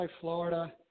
Florida